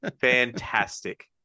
Fantastic